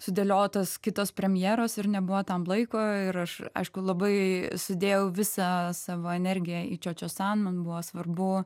sudėliotos kitos premjeros ir nebuvo tam laiko ir aš aišku labai sudėjau visą savo energiją į čio čio san man buvo svarbu